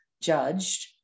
judged